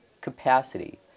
capacity